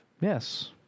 Yes